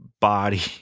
body